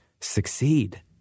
succeed